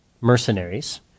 mercenaries